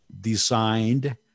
designed